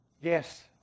yes